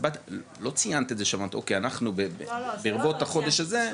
לא ציינת את זה שאמרת אנחנו ברבות החודש הזה.